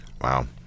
Wow